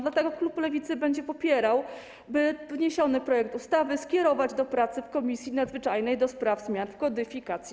Dlatego klub Lewicy będzie popierał, by wniesiony projekt ustawy skierować do pracy w Komisji Nadzwyczajnej do spraw zmian w kodyfikacjach.